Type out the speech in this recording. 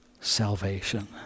salvation